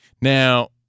Now